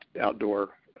outdoor